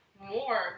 more